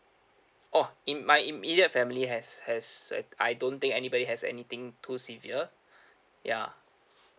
orh in my immediate family has has I I don't think anybody has anything too severe ya